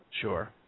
Sure